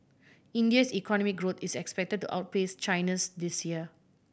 India's economic growth is expected to outpace China's this year